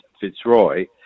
Fitzroy